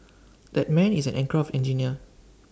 that man is an aircraft engineer